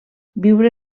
viure